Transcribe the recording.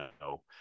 no